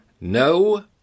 no